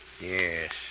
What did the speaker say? Yes